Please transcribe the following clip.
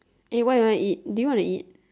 eh what you want to eat do you want to eat